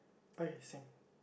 oh yes thing